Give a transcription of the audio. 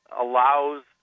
allows